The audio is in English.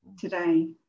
today